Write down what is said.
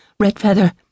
Redfeather